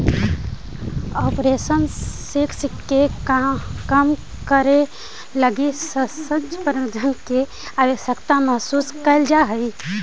operational risk के कम करे लगी सशक्त प्रबंधन के आवश्यकता महसूस कैल जा हई